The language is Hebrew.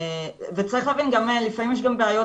וצריך להבין גם שלפעמים יש בעיות